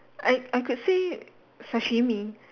I I could say sashimi